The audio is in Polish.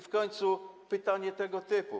W końcu pytanie tego typu.